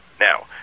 Now